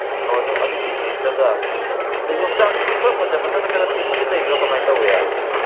ꯑꯣ ꯑꯗꯨ K G ꯑꯝꯇꯒ ꯑꯗꯩ ꯌꯣꯡꯆꯥꯛꯇꯨꯗꯤ ꯈꯔ ꯐꯖꯕ ꯇꯒꯠ ꯇꯒꯠ ꯇꯦꯛꯄꯗꯤ ꯂꯩꯕ꯭ꯔꯥ ꯀꯃꯥꯏ ꯇꯧꯋꯤ